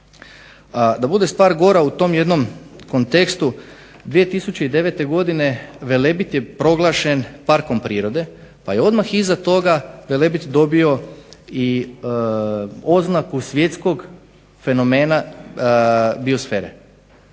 DA bude stvar gora u tom jednom kontekstu 2009. godine Velebit je proglašen parkom prirode pa je odmah iza toga dobio oznaku svjetskog fenomena biosfere.